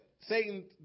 Satan